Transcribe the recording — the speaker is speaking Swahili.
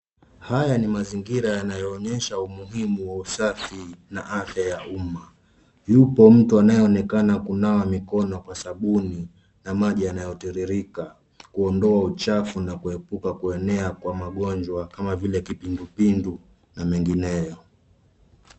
Haya ni mazingira yanaoonyesha umuhimu wa usafi na afya ya umma. Yupo mtu anayeonekena kunawa mikono kwa sabuni na maji yanayotiririka kuondoa uchafu na kuepuka kuenea kwa magonjwa kama vile kipindupindu na mengineo.